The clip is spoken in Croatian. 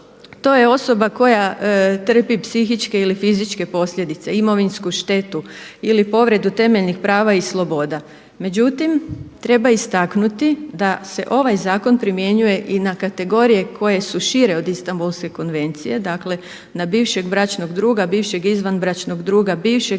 To je osoba koja trpi psihičke ili fizičke posljedice, imovinsku štetu ili povredu temeljnih prava i sloboda. Međutim, treba istaknuti da se ovaj zakon primjenjuje i na kategorije koje su šire od Istambulske konvencije, dakle na bivšeg bračnog druga, bivšeg izvanbračnog druga, bivšeg neformalnog